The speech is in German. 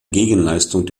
gegenleistung